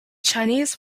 chinese